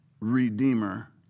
Redeemer